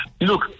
Look